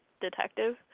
detective